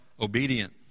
obedient